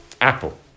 apple